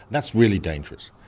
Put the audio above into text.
that's really dangerous.